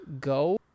go